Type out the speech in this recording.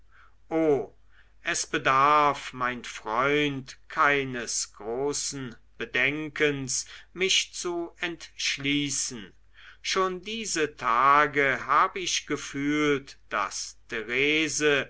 o es bedarf mein freund keines großen bedenkens mich zu entschließen schon diese tage hab ich gefühlt daß